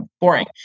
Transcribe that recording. boring